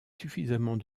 suffisamment